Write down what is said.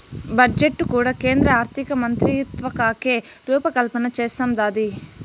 budget కూడా కేంద్ర ఆర్థికమంత్రిత్వకాకే రూపకల్పన చేస్తందాది